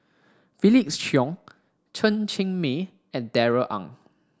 Felix Cheong Chen Cheng Mei and Darrell Ang